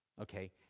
Okay